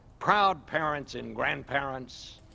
proud parents and grandparents,